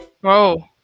Whoa